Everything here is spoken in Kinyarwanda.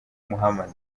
muhammad